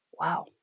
Wow